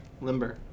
limber